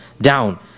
down